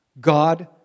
God